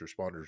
responders